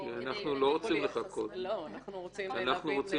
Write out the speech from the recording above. כי אנחנו לא רוצים לחכות, אנחנו רוצים להמשיך.